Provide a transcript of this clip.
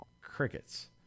crickets